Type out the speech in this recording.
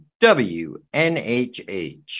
WNHH